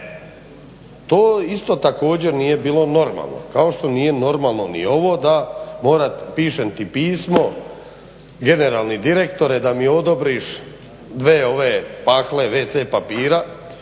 To isto također nije bilo normalno, kao što nije normalno ni ovo da pišem ti pismo generalni direktore da mi odobriš dve pakle wc papira